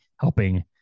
helping